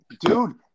Dude